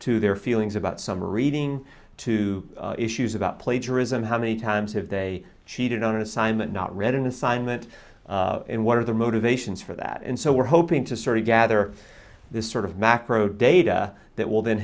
to their feelings about summer reading to issues about plagiarism how many times have they cheated on an assignment not reading assignment and what are their motivations for that and so we're hoping to sort of gather this sort of macro data that will th